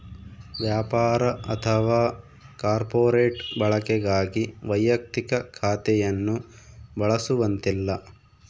ವ್ಯಾಪಾರ ಅಥವಾ ಕಾರ್ಪೊರೇಟ್ ಬಳಕೆಗಾಗಿ ವೈಯಕ್ತಿಕ ಖಾತೆಯನ್ನು ಬಳಸುವಂತಿಲ್ಲ